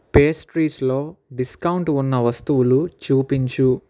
పేస్ట్రీస్లో discount ఉన్న వస్తువులు చూపించు